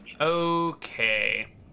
Okay